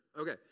Okay